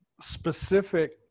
specific